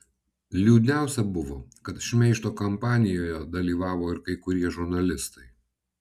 liūdniausia buvo kad šmeižto kampanijoje dalyvavo ir kai kurie žurnalistai